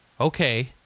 okay